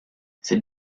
cette